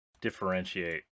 differentiate